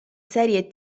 serie